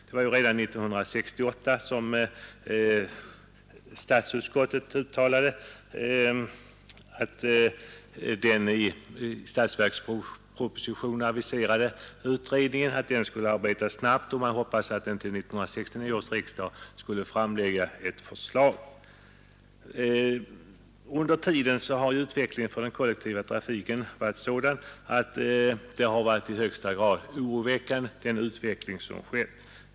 Redan 1968 uttalade statsutskottet att den i statsverkspropositionen aviserade utredningen skulle arbeta snabbt, och man hoppades att den kunde framlägga ett förslag till 1969 års riksdag. Så blev nu inte fallet och ännu har inte något utredningsförslag framlagts. Ser man på utvecklingen inom den kollektiva trafiken under dessa år så har den varit i högsta grad oroväckande.